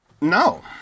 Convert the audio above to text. No